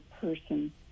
person